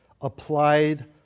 applied